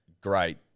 great